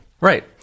right